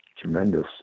tremendous